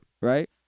Right